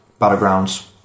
Battlegrounds